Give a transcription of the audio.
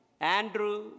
Andrew